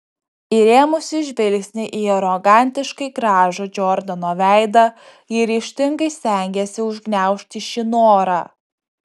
įrėmusi žvilgsnį į arogantiškai gražų džordano veidą ji ryžtingai stengėsi užgniaužti šį norą